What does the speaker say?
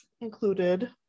included